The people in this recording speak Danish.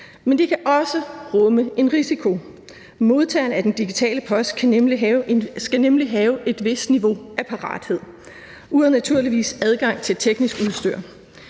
Men de kan også rumme en risiko. Modtageren af den digitale post skal nemlig have et vist niveau af parathed ud over naturligvis adgang til teknisk udstyr.